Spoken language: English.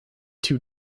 two